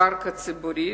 קרקע ציבורית,